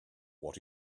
what